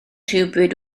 rhywbryd